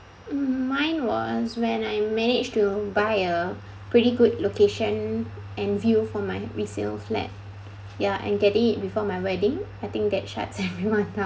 mm mine was when I managed to buy a pretty good location and view for my resale flat ya and get it before my wedding I think that shut everyone's mouth